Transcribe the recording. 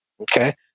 Okay